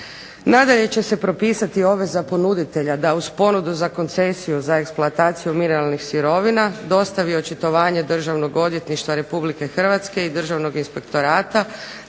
Nadalje će se propisati obveza ponuditelja da uz ponudu za koncesiju za eksploataciju mineralnih sirovina dostavi očitovanje Državnog odvjetništva Republike Hrvatske i državnog inspektorata